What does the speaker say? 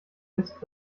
ist